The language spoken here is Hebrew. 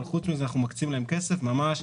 אבל חוץ מזה אנחנו מקצים כסף כדי